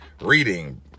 reading